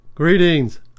Greetings